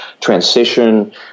transition